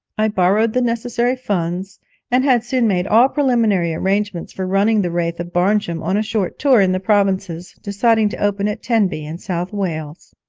i borrowed the necessary funds and had soon made all preliminary arrangements for running the wraith of barnjum on a short tour in the provinces, deciding to open at tenby, in south wales.